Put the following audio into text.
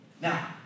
Now